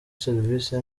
serivisi